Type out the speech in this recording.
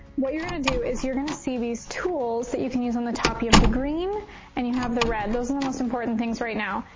what you're gonna do is you're gonna see these tools that you can use on the top. you have the green and you have the red. those are the most important things right now.